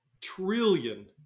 trillion